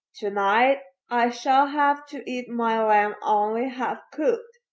tonight i shall have to eat my lamb only half cooked,